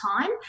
time